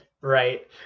Right